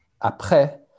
après